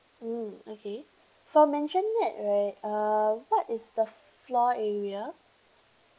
mm okay for maisonette right uh what is the floor area